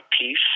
peace